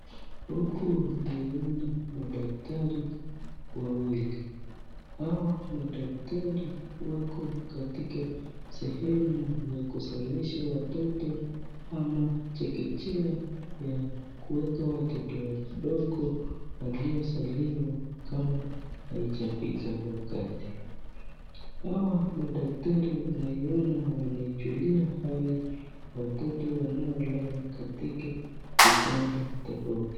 Huku naiona madaktari wawili. Hawa madaktari wako katika sehemu ya kuzalisha watoto ama chekechea ya kuweka watoto kidogo waliozaliwa kama haijafika wakati. Hawa madaktari naiona wanaijulia hali watoto wanaolala katika vitanda tofauti.